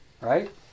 Right